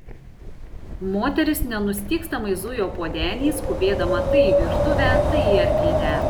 moteris nenustygstamai zujo po denį skubėdama tai į virtuvę tai į arklidę